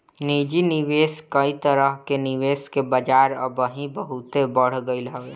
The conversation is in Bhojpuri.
निजी निवेश कई तरह कअ निवेश के बाजार अबही बहुते बढ़ गईल हवे